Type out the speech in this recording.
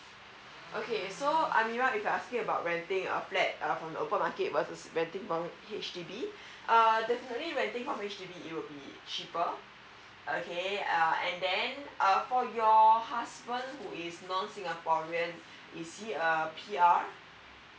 okay so amira if you're asking about renting a flat from the open market versus renting from H_D_B err definitely renting from H_D_B it will be cheaper okay and then uh for your husband who is non singaporean is he a pr